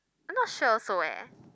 I'm not sure also eh